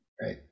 Right